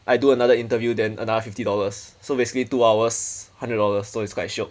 I do another interview then another fifty dollars so basically two hours hundred dollars so it's quite shiok